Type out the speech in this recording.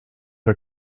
are